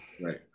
Right